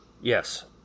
Yes